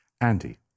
Andy